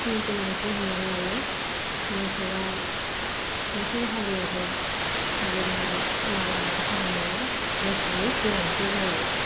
गोनांथि हमनानै लायो मोसौआ मोसौ हालुवाजों हालौनाय माय आबाद खालामनायाव मोसौनि गोनांथि जायो